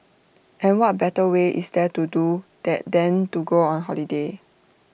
and what better way is there to do that than to go on holiday